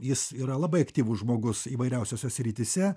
jis yra labai aktyvus žmogus įvairiausiose srityse